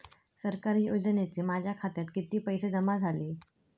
सरकारी योजनेचे माझ्या खात्यात किती पैसे जमा झाले?